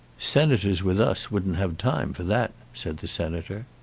senators with us wouldn't have time for that, said the senator.